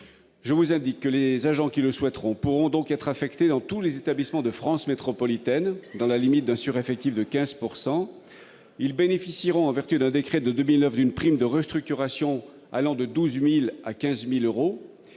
Je vous indique que les agents qui le souhaiteront pourront être affectés dans tous les établissements de France métropolitaine, dans la limite d'un sureffectif de 15 %. Ils bénéficieront, en vertu d'un décret de 2009, d'une prime de restructuration allant de 12 000 à 15 000 euros.